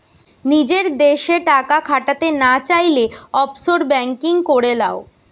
নিজের দেশে টাকা খাটাতে না চাইলে, অফশোর বেঙ্কিং করে লাও